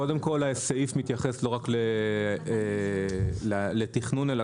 קודם כל הסעיף מתייחס לא רק לתכנון אלא